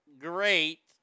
Great